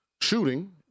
shooting